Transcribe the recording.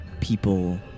people